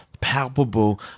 palpable